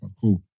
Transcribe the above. Cool